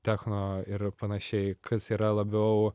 techo ir panašiai kas yra labiau